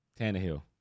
Tannehill